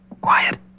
Quiet